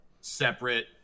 separate